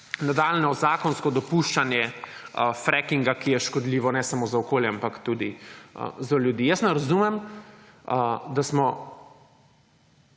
nadaljnjo zakonsko dopuščanje frackinga, ki je škodljivo ne samo za okolje, ampak tudi za ljudi. Jaz ne razumem da smo